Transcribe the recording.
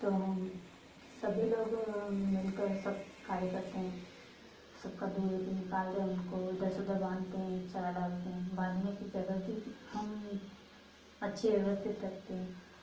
तो हम सभी लोग मिलकर सब कार्य करते हैं सबका दूध भी निकाल दे उनको इधर से उधर बांधते है चारा डालते हैं बांधने का जगह भी हम अच्छे व्यवस्थित रखते हैं